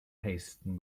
hasten